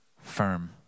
firm